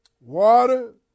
water